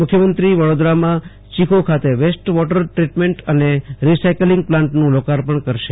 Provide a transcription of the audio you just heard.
મુખ્યમંત્રી વડોદરામાં ચીખો ખાતે વેસ્ટ વોટર ટ્રીટમેન્ટ અને રીસાયકિંલગ પ્લાન્ટનું લોકાર્પણ કરશે